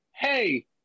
hey